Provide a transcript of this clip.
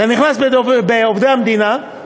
אתה נכנס לעובדי המדינה,